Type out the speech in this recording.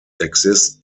exist